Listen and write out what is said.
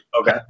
okay